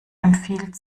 empfiehlt